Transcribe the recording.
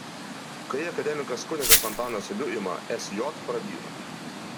kai akademikas kunigas antanas liuima sj prabyla